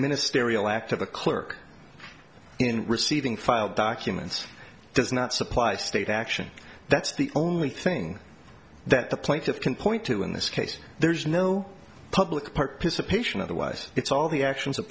ministerial act of a clerk in receiving filed documents does not supply state action that's the only thing that the plaintiff can point to in this case there's no public participation otherwise it's all the actions of